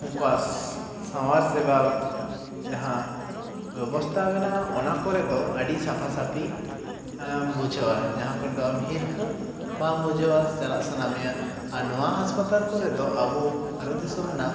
ᱩᱱᱠᱩᱣᱟᱥ ᱥᱟᱶᱟᱨ ᱥᱮᱵᱟ ᱡᱟᱦᱟᱸ ᱵᱮᱵᱚᱥᱛᱟ ᱢᱮᱱᱟᱜᱼᱟ ᱚᱱᱟ ᱠᱚᱨᱮ ᱫᱚ ᱟᱹᱰᱤ ᱥᱟᱯᱷᱟ ᱥᱟᱹᱯᱷᱤ ᱵᱩᱡᱷᱟᱹᱣᱟ ᱡᱟᱦᱟᱸᱠᱚᱨᱮ ᱫᱚ ᱟᱢ ᱦᱤᱨᱠᱷᱟᱹ ᱵᱟᱢ ᱵᱩᱡᱷᱟᱹᱣᱟ ᱪᱟᱞᱟᱜ ᱥᱟᱱᱟ ᱢᱮᱭᱟ ᱟᱨ ᱱᱚᱣᱟ ᱦᱟᱥᱯᱟᱛᱟᱞ ᱠᱚᱨᱮ ᱫᱚ ᱟᱵᱚ ᱵᱷᱟᱨᱚᱛ ᱫᱤᱥᱚᱢ ᱨᱮᱱᱟᱜ